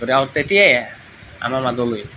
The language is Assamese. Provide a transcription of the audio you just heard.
গতিকে হওক তেতিয়েই আমাৰ মাজলৈ